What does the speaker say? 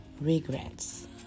Regrets